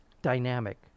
Dynamic